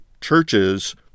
churches